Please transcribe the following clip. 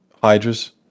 Hydras